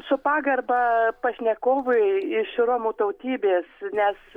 su pagarba pašnekovui iš romų tautybės nes